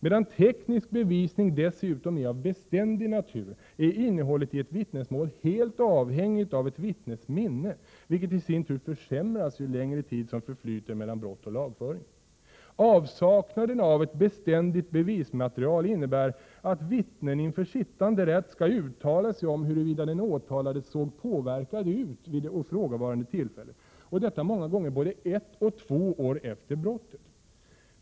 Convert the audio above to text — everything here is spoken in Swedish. Medan teknisk bevisning dessutom är av beständig natur är innehållet i ett vittnesmål helt avhängigt av ett vittnes minne, vilket i sin tur försämras ju längre tid som förflyter mellan brott och lagföring. Avsaknaden av ett beständigt bevismaterial innebär att vittnen inför sittande rätt skall uttala sig om huruvida den åtalade såg påverkad ut vid det ifrågavarande tillfället, och detta många gånger både ett och två år efter brottet.